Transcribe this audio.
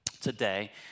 today